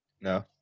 No